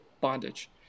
bondage